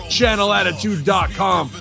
Channelattitude.com